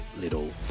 little